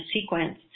sequence